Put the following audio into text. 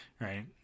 right